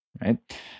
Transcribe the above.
Right